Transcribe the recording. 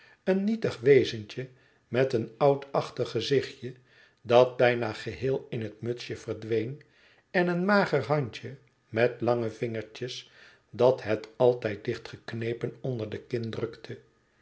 een nietig wezentje met een oudachtig gezichtje dat bijna geheel in het mutsje verdween en een mager handje met lange vingertjes dat het altijd dichtgeknepen onder de kin drukte